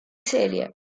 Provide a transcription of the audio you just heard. serie